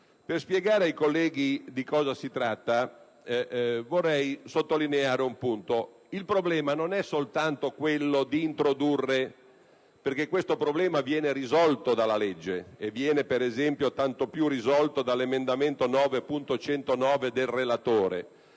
Per spiegare ai colleghi di cosa si tratta, vorrei sottolineare che il problema non è soltanto quello di introdurre - perché questo problema viene risolto dalla legge e, ad esempio, tanto più dall'emendamento 9.109 del relatore